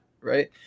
right